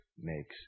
makes